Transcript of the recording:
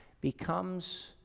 becomes